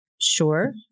Sure